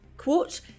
Quote